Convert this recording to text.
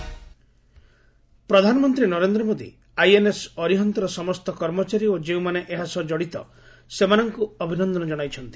PM INS ପ୍ରଧାନମନ୍ତ୍ରୀ Narendra Modi INS ଅରିହନ୍ତର ସମସ୍ତ କର୍ମଚାରୀ ଓ ଯେଉଁମାନେ ଏହା ସହ ଜଡ଼ିତ ସେମାନଙ୍କ ଅଭିନନ୍ଦନ ଜଣାଇଛନ୍ତି